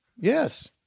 yes